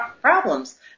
problems